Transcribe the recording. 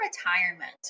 retirement